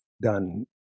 done